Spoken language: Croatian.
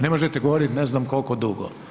Ne možete govorit ne znam koliko dugo.